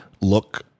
look